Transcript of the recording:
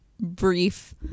brief